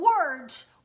words